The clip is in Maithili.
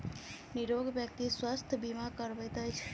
निरोग व्यक्ति स्वास्थ्य बीमा करबैत अछि